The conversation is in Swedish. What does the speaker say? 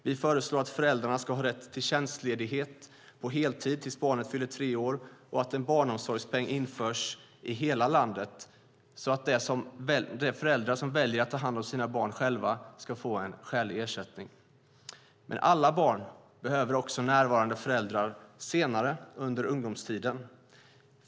Vi föreslår att föräldrar ska ha rätt till tjänstledighet på heltid tills barnet fyller tre år och att en barnomsorgspeng införs i hela landet, så att de föräldrar som väljer att ta hand om sina barn själva ska få en skälig ersättning. Men alla barn behöver också närvarande föräldrar senare under ungdomstiden.